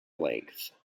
length